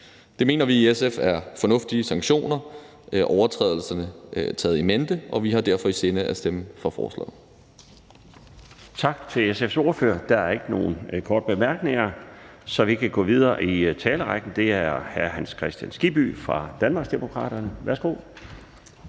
Det mener vi i SF er fornuftige sanktioner overtrædelserne taget i betragtning, og vi har derfor i sinde at stemme for forslaget.